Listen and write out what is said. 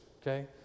okay